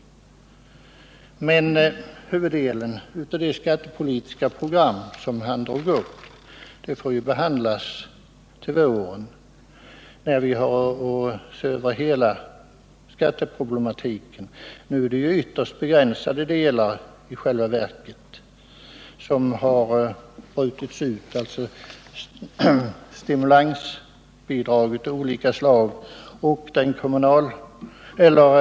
Men huvuddelen av det skattepolitiska program som han utvecklade får behandlas under våren i samband med att vi har att se över hela skatteproblematiken. De delar som nu brutits ut är i själva verket ytterst begränsade.